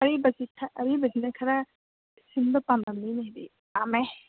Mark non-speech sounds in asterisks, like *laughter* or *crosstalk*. ꯑꯔꯤꯕꯁꯤꯅ ꯈꯔ *unintelligible* ꯄꯥꯝꯅꯕꯅꯤꯅ ꯁꯤꯗꯤ ꯌꯥꯝꯃꯦ